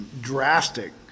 drastic